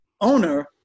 owner